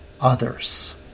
others